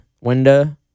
window